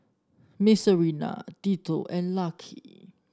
Marcelina Tito and Lucky